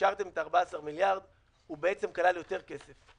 שכשאישרתם את 14 מיליארד הוא בעצם כלל יותר כסף,